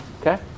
Okay